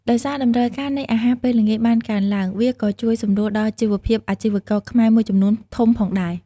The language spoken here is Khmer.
ដោយសារតម្រូវការនៃអាហារពេលល្ងាចបានកើនឡើង វាក៏ជួយសម្រួលដល់ជីវភាពអាជីវករខ្មែរមួយចំនួនធំផងដែរ។